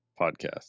podcast